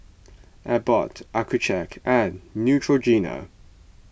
Abbott Accucheck and Neutrogena